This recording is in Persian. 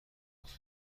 خواهد